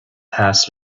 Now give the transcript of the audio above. passed